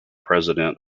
president